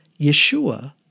Yeshua